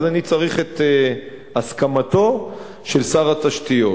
אני צריך את הסכמתו של שר התשתיות.